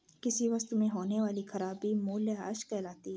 किसी वस्तु में होने वाली खराबी मूल्यह्रास कहलाती है